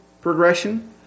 progression